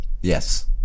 yes